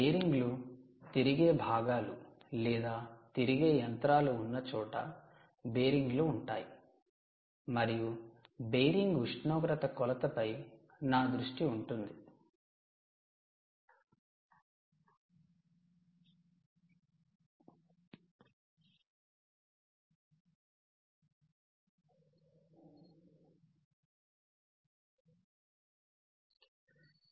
బేరింగ్లు తిరిగే భాగాలు లేదా తిరిగే యంత్రాలు ఉన్నచోట బేరింగ్లు ఉంటాయి మరియు బేరింగ్ ఉష్ణోగ్రత కొలతపై నా దృష్టి ఉంటుంది